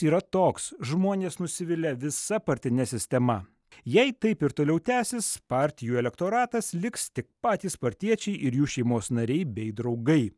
yra toks žmonės nusivilia visa partine sistema jei taip ir toliau tęsis partijų elektoratas liks tik patys partiečiai ir jų šeimos nariai bei draugai